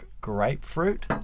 grapefruit